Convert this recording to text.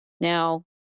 now